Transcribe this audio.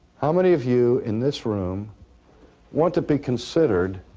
how many of you in this room want to be considered